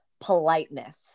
politeness